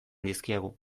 dizkiegu